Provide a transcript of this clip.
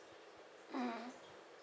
mm